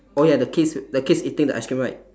oh ya the kids the kids eating the ice cream right